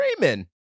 Raymond